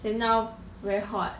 then now very hot